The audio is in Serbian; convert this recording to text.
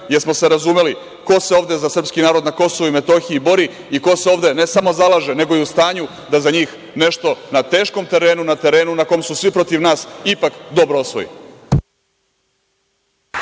smo se razumeli ko se ovde za srpski narod na KiM bori i ko se ovde ne samo zalaže, nego je u stanju da za njih na teškom terenu, na terenu na kom su svi protiv nas, ipak dobro osvoji.